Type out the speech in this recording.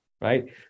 right